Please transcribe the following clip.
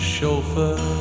Chauffeur